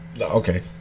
Okay